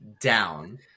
down